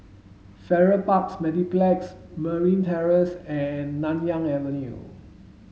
Farrer Park Mediplex Merryn Terrace and Nanyang Avenue